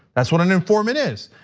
that's what a and informant is,